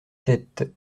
sept